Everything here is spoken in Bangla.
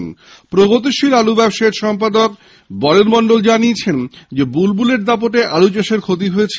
পশ্চিমবঙ্গ প্রগতিশীল আলু ব্যবসায়ী সমিতির সম্পাদক বরেন মন্ডল জানিয়েছেন বুলবুলের দাপটে আলু চাষের ক্ষতি হয়েছে